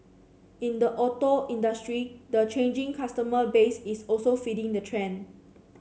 in the auto industry the changing customer base is also feeding the trend